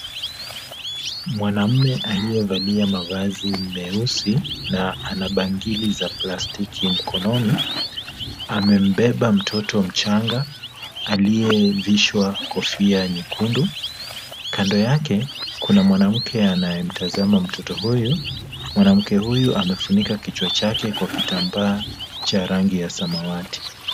Mwanamume aliyevalia mavazi meusi na ana bangili za plastiki mkononi, amembeba mtoto mchanga aliyevishwa kofia nyekundu. Kando yake kuna mwanamke anayemtazama mtoto huyu. Mwanamke huyu amefunika kichwa chake kwa kitambaa cha rangi ya samawati.